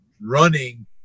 running